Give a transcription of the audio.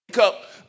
up